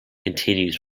continues